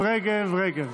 רגב,